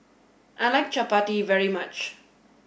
I like Chapati very much